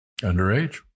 Underage